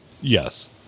Yes